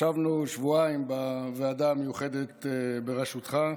ישבנו שבועיים בוועדה המיוחדת בראשותך.